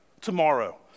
tomorrow